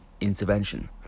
intervention